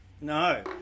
No